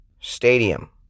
Stadium